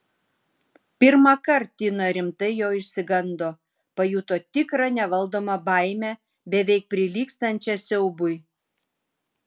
pirmąkart tina rimtai jo išsigando pajuto tikrą nevaldomą baimę beveik prilygstančią siaubui